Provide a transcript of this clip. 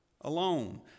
alone